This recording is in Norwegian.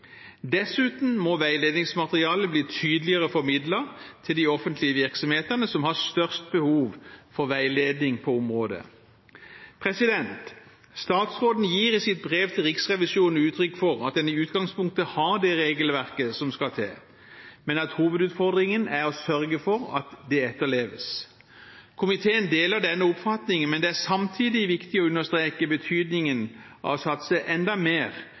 Dessuten må veiledningsmaterialet bli tydeligere formidlet til de offentlige virksomhetene som har størst behov for veiledning på området. Statsråden gir i sitt brev til Riksrevisjonen uttrykk for at en i utgangspunktet har det regelverket som skal til, men at hovedutfordringen er å sørge for at det etterleves. Komiteen deler denne oppfatningen, men det er samtidig viktig å understreke betydningen av å satse enda mer